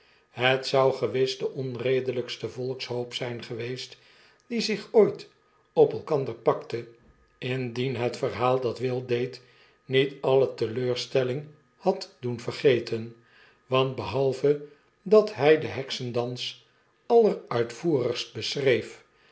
het zou gewis de onredelykste volkshoop zijn geweest die zich ooit op elkander pakte indien het verhaal dat will deed niet alle teleurstelling had doen vergeten want behalve dathy den heksendansalleruitvoerigstbeschreef